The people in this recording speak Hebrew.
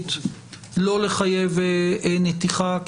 המחוזית לא לחייב נתיחה,